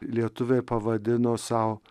lietuviai pavadino sau